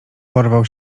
porwał